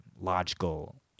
logical